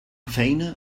feina